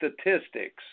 statistics